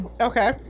Okay